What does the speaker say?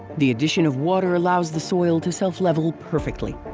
the addition of water allows the soil to self-level perfectly.